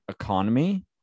economy